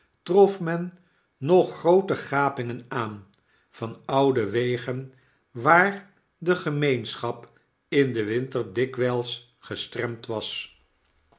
trof men nog groote gapingen aan van oude wegen waar de gemeenschap in den winter dikwyls gestremd was